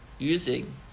using